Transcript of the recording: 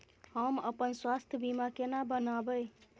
हम अपन स्वास्थ बीमा केना बनाबै?